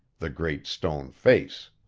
the great stone face.